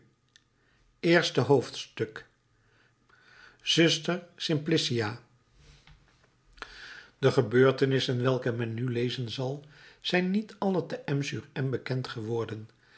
eerste hoofdstuk zuster simplicia de gebeurtenissen welke men nu lezen zal zijn niet alle te m sur m bekend geworden